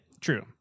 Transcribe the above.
True